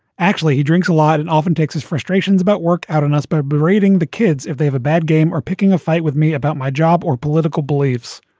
actually, he drinks a lot and often takes his frustrations about work out on us by berating the kids if they have a bad game or picking a fight with me about my job or political beliefs.